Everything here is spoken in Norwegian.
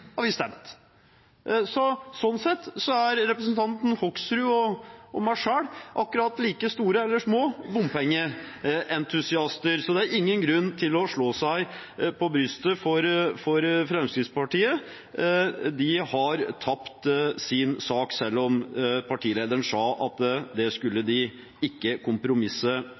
har vi stemt. Sånn sett er representanten Hoksrud og jeg akkurat like store eller små bompengeentusiaster. Fremskrittspartiet har ingen grunn til å slå seg på brystet. De har tapt sin sak selv om partilederen sa at de ikke skulle kompromisse